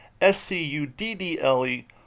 S-C-U-D-D-L-E